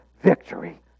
victory